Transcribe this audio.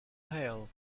hail